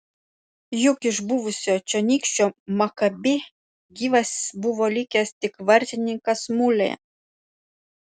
juk iš buvusio čionykščio makabi gyvas buvo likęs tik vartininkas mulė